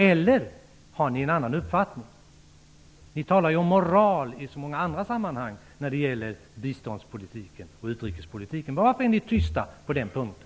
Eller har ni en annan uppfattning? Ni talar ju om moral i så många andra sammanhang som rör bistånds och utrikespolitiken. Varför är ni tysta på just den här punkten?